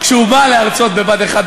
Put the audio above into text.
כשהוא בא להרצות בבה"ד 1,